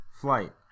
flight